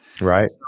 Right